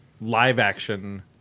live-action